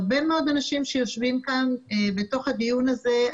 הרבה מאוד אנשים שיושבים כאן בתוך הדיון הזה,